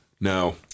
No